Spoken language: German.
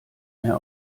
mehr